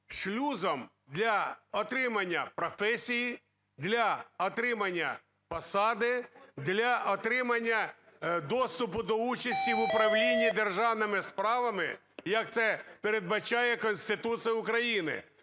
шлюзом для отримання професії, для отримання посади, для отримання доступу до участі в управлінні державними справами, як це передбачає Конституція України.